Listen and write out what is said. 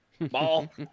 ball